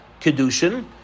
kedushin